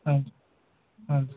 ಹಾಂ ಹಾಂ ಸರ್